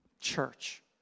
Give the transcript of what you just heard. church